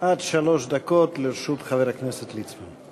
עד שלוש דקות לרשות חבר הכנסת ליצמן.